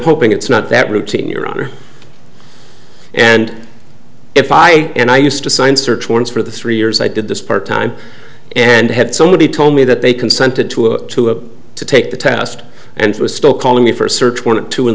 hoping it's not that routine your honor and if i and i used to sign search warrants for the three years i did this part time and had somebody told me that they consented to to have to take the test and was still calling me for a search warrant two in